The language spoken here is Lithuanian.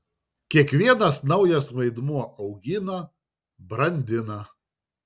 kiekvienas naujas vaidmuo augina brandina